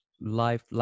life